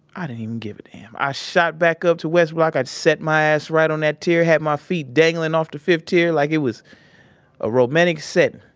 i didn't even give a damn. i shot back up to west block, i set my ass right on that tier, had my feet dangling off the fifth tier like it was a romantic setting.